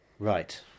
Right